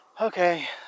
okay